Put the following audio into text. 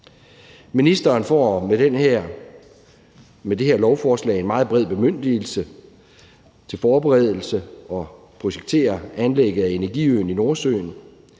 Ministeren får med det her lovforslag en meget bred bemyndigelse til forberedelse og projektering af anlægget af energiøen i Nordsøen.